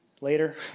Later